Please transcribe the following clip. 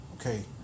Okay